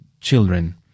children